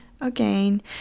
again